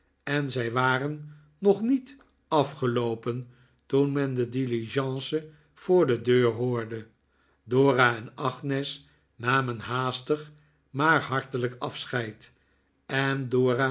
en zij waren nog niet afgeloopen toen men de diligence voor de deur hoorde dora en agnes namen jiaastig maar hartelijk afscheid en dora